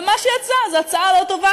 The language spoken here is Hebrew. ומה שיצא זו הצעה לא טובה,